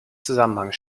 zusammenhang